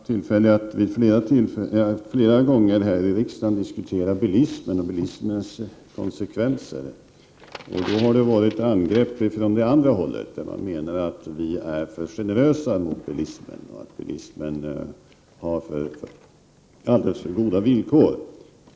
Fru talman! Jag har flera gånger haft tillfällen att här i riksdagen diskutera bilismen och konsekvenserna av bilismen. Då har det varit angrepp från det andra hållet, där man menat att vi är för generösa mot bilismen och att bilismen har alldeles för goda villkor.